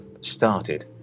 started